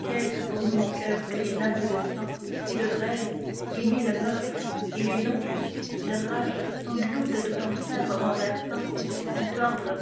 qu'est-ce pour nous mon coeur que les nappes de sang et de braise et mille meurtres et les longs cris de rage sanglots de tout enfer renversant tout ordre